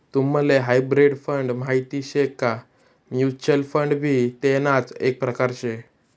तुम्हले hybrid fund माहित शे का? म्युच्युअल फंड भी तेणाच एक प्रकार से